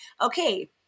okay